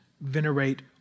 venerate